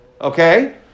Okay